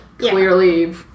clearly